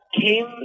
came